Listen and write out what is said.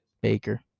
Baker